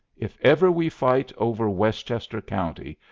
if ever we fight over westchester county,